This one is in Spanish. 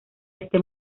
este